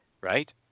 right